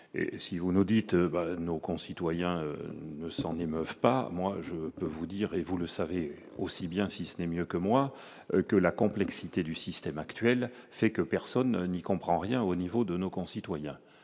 si vous nous dites, nos concitoyens ne s'en émeuvent pas, moi je peux vous dire et vous le savez aussi bien si ce n'est mieux que moi que la complexité du système actuel, c'est que personne n'y comprend rien au niveau de nos concitoyens